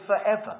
forever